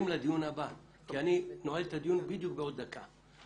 לדיון הבא כי אני נועל את הדיון בדיוק בעוד דקה.